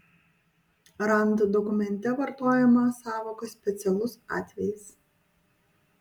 rand dokumente vartojama sąvoka specialus atvejis